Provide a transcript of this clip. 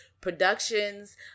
productions